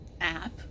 app